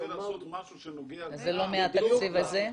לעשות משהו שנוגע --- אז זה לא מהתקציב הזה,